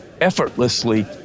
effortlessly